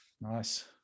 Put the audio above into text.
nice